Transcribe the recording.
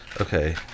Okay